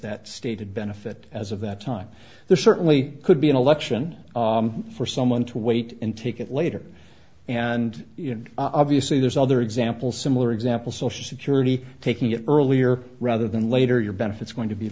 stated benefit as of that time there certainly could be an election for someone to wait and take it later and obviously there's other examples similar example social security taking it earlier rather than later your benefits going to be